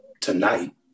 Tonight